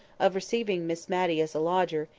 of receiving miss matty as a lodger,